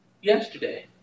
yesterday